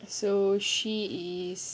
so she is